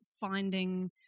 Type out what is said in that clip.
finding